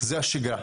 זה השגרה,